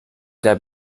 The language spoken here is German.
der